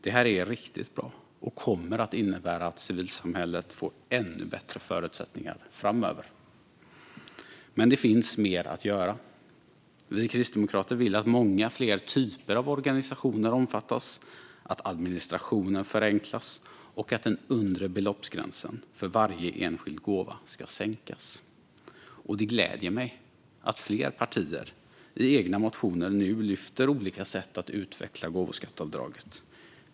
Det här är riktigt bra och kommer att innebära att civilsamhället får ännu bättre förutsättningar framöver. Men det finns mer att göra. Vi kristdemokrater vill att många fler typer av organisationer omfattas, att administrationen förenklas och att den undre beloppsgränsen för varje enskild gåva sänks. Det gläder mig att fler partier i egna motioner nu lyfter fram olika sätt att utveckla gåvoskatteavdraget.